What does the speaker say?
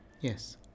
Yes